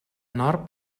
nord